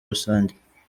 rusange